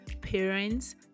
parents